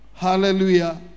hallelujah